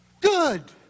Good